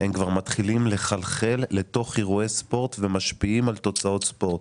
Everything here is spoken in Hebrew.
אלא הם כבר מתחילים לחלחל לתוך אירועי ספורט ומשפיעים על תוצאות ספורט.